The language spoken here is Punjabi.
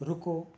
ਰੁਕੋ